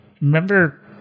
remember